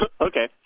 Okay